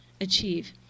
achieve